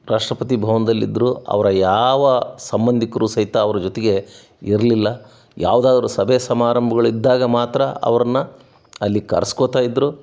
ರಾಷ್ಟ್ರಪತಿ ಭವನದಲ್ಲಿದ್ದರು ಅವರ ಯಾವ ಸಂಬಂಧಿಕರು ಸಹಿತ ಅವ್ರ ಜೊತೆಗೆ ಇರಲಿಲ್ಲ ಯಾವುದಾದ್ರೂ ಸಭೆ ಸಮಾರಂಭಗಳಿದ್ದಾಗ ಮಾತ್ರ ಅವ್ರನ್ನು ಅಲ್ಲಿ ಕರ್ಸ್ಕೊಳ್ತಾ ಇದ್ರು